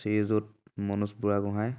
শ্ৰী যুত মনোজ বুঢ়াগোহাঁই